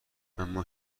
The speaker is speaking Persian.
اما